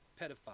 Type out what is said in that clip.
pedophile